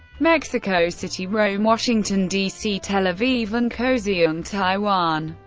mexico city, rome, washington, dc, tel aviv, and kaohsiung, taiwan.